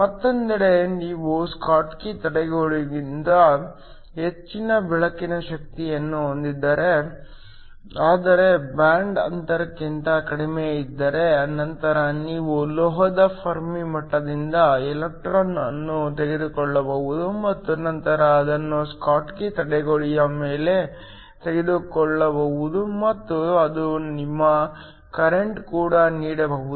ಮತ್ತೊಂದೆಡೆ ನೀವು ಸ್ಕಾಟ್ಕಿ ತಡೆಗಿಂತ ಹೆಚ್ಚಿನ ಬೆಳಕಿನ ಶಕ್ತಿಯನ್ನು ಹೊಂದಿದ್ದರೆ ಆದರೆ ಬ್ಯಾಂಡ್ ಅಂತರಕ್ಕಿಂತ ಕಡಿಮೆ ಇದ್ದರೆ ನಂತರ ನೀವು ಲೋಹದ ಫೆರ್ಮಿ ಮಟ್ಟದಿಂದ ಎಲೆಕ್ಟ್ರಾನ್ ಅನ್ನು ತೆಗೆದುಕೊಳ್ಳಬಹುದು ಮತ್ತು ನಂತರ ಅದನ್ನು ಸ್ಕಾಟ್ಕಿ ತಡೆಗೋಡೆಯ ಮೇಲೆ ತೆಗೆದುಕೊಳ್ಳಬಹುದು ಮತ್ತು ಅದು ನಿಮಗೆ ಕರೆಂಟ್ ಕೂಡ ನೀಡಬಹುದು